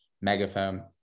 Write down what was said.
Megaphone